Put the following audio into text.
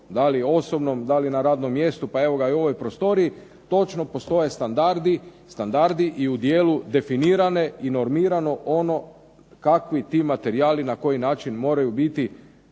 da li u osobnom, da li na radnom mjestu, pa evo ga i u ovoj postoji točno postoje standardi i u dijelu definirane i normirano ono kakvi ti materijali na koji način moraju biti